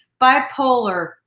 bipolar